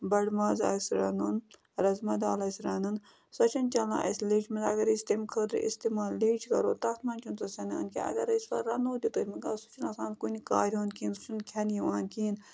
بَڑٕ ماز آسہِ رَنُن رَزما دال آسہِ رَنُن سۄ چھَنہٕ چَلان اَسہِ لیٚجہِ منٛز اگر أسۍ تَمہِ خٲطرٕ اِستعمال لیٚج کَرو تَتھ منٛز چھُنہٕ سُہ سٮ۪نان کیٚنٛہہ اَگر أسۍ وۄنۍ رَنو تہِ تٔتھۍ سُہ چھُنہٕ آسان کُنہِ کارِ ہُنٛد کِہیٖنۍ سُہ چھُنہٕ کھٮ۪نہٕ یِوان کِہیٖنۍ